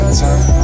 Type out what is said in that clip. time